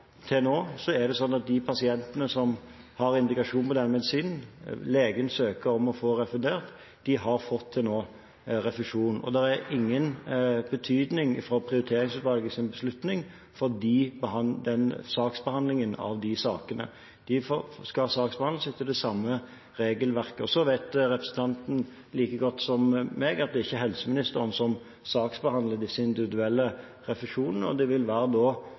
er det sånn at de pasientene som har indikasjoner for å få denne medisinen, og legen søker om å få den refundert, har til nå fått refusjon. Det har ingen betydning for prioriteringsutvalgets beslutning for saksbehandlingen av disse sakene. De skal saksbehandles etter det samme regelverket. Så vet representanten Micaelsen like godt som meg at det er ikke helseministeren som saksbehandler disse individuelle refusjonene. Det vil være